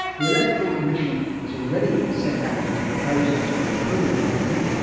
the electoral commission has already set out its proposals for improving matters.